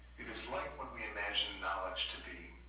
it is like what we imagine knowledge to be,